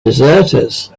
deserters